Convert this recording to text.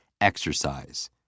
exercise